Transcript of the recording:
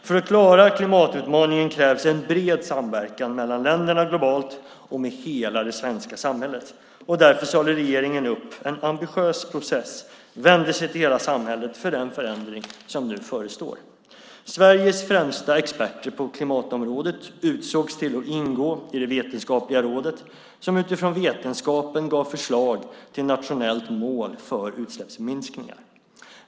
För att klara klimatutmaningen krävs en bred samverkan mellan länderna globalt och med hela det svenska samhället. Därför lade regeringen upp en ambitiös process och vände sig till hela samhället för den förändring som nu förestår. Sveriges främsta experter på klimatområdet utsågs att ingå i det vetenskapliga rådet, som utifrån vetenskapen gav förslag till nationellt mål för utsläppsminskningar.